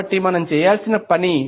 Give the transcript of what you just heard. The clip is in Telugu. కాబట్టి మనం చేయాల్సిన పని